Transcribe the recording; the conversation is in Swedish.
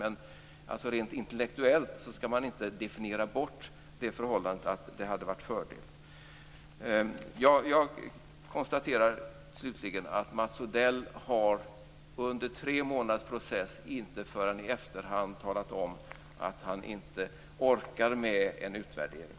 Men rent intellektuellt skall man inte definiera bort det förhållandet att det hade varit en fördel. Jag konstaterar slutligen att Mats Odell under en tre månaders process inte förrän i efterhand talat om att han inte orkar med en utvärdering.